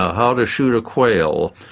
how to shoot a quail,